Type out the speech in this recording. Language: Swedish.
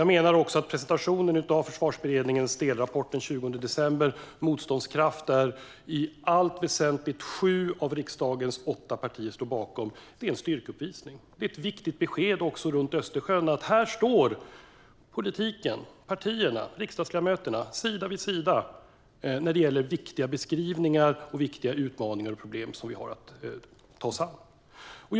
Jag menar också att presentationen den 20 december av Försvarsberedningens delrapport Motståndskraft , som i allt väsentligt sju av riksdagens åtta partier står bakom, var en styrkeuppvisning. Det är ett viktigt besked, även runt Östersjön, att de politiska partierna och riksdagsledamöterna står sida vid sida när det gäller viktiga beskrivningar och viktiga utmaningar och problem som vi har att ta oss an.